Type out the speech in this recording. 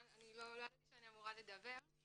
אני לא ידעתי שאני אמורה לדבר,